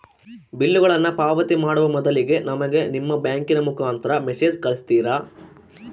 ಬಿಲ್ಲುಗಳನ್ನ ಪಾವತಿ ಮಾಡುವ ಮೊದಲಿಗೆ ನಮಗೆ ನಿಮ್ಮ ಬ್ಯಾಂಕಿನ ಮುಖಾಂತರ ಮೆಸೇಜ್ ಕಳಿಸ್ತಿರಾ?